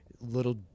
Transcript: little